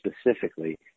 specifically